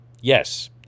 Yes